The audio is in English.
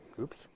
Oops